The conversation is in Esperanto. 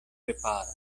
preparo